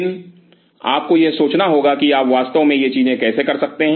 लेकिन आपको यह सोचना होगा कि आप वास्तव में ये चीजें कैसे कर सकते हैं